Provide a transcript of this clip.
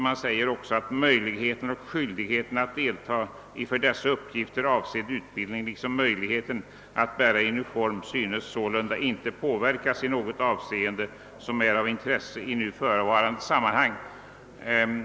Man säger också att möjligheten och skyldigheten att delta i den för dessa uppgifter avsedda utbildningen, liksom möjligheten att bära uniform, inte synes påverkas i något avseende som är av intresse i nu förevarande sammanhang.